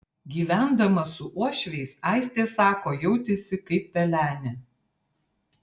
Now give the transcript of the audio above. gyvendama su uošviais aistė sako jautėsi kaip pelenė